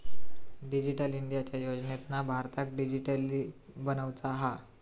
digital इंडियाच्या योजनेतना भारताक डीजिटली बनवुचा हा